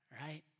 right